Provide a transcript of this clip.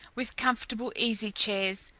with comfortable easy-chairs,